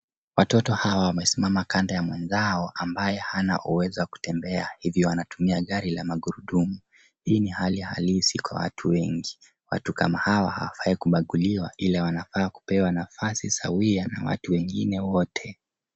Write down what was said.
Watoto hawa wamesimama kando ya mwenzao ambaye hana uwezo wa kutembea hivyo anatumia gari la magurudumu. Hii ni hali ya halisi kwa watu wengi. Watu kama hawa hawafai kubaguliwa ila wanafaa kupewa nafasi sawia na watu wengine wote.